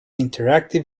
interactive